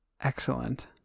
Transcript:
Excellent